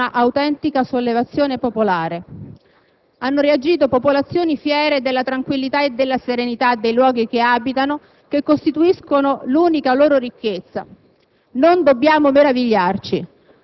Abbiamo assistito nel Lazio ad un'autentica sollevazione popolare. Hanno reagito popolazioni fiere della tranquillità e della serenità dei luoghi che abitano, che costituiscono l'unica loro ricchezza.